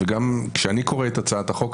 גם כשאני קורא את הצעת החוק,